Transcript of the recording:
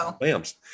lambs